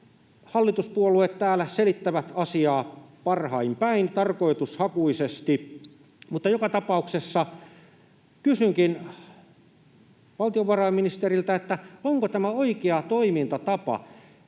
Hallituspuolueet täällä selittävät asiaa parhain päin, tarkoitushakuisesti. Kysynkin valtiovarainministeriltä, onko tämä oikea toimintatapa: